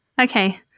okay